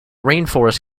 rainforest